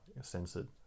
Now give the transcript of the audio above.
censored